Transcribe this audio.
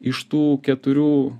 iš tų keturių